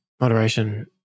Moderation